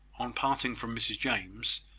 on parting from mrs james,